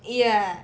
ya